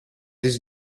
this